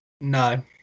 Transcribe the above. No